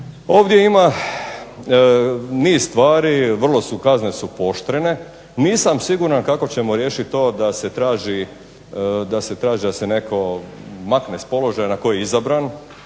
Ovdje ima niz stvari, vrlo su, kazne su pooštrene. Nisam siguran kako ćemo riješiti to da se traži da se netko makne s položaja na koji je izabran.